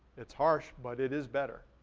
it's harsh, but it is better.